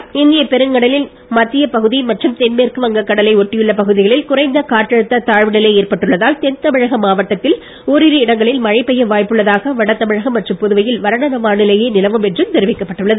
வானிலை இந்தியப் பெருங்கடலின் மத்திய பகுதி மற்றும் தென்மேற்கு வங்க கடலை ஒட்டியுள்ள பகுதிகளில் குறைந்த காற்றழுத்த தாழ்வு நிலை ஏற்பட்டுள்ளதால் தென்தமிழக மாவட்டங்களில் ஓரிரு இடங்களில் மழை பெய்ய வாய்ப்புள்ளதாக வடதமிழகம் மற்றும் புதுவையில் வறண்ட வானிலையே நிலவும் என்றும் தெரிவிக்கப்பட்டுள்ளது